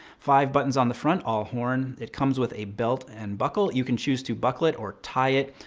five buttons on the front. all horn. it comes with a belt and buckle. you can choose to buckle it or tie it.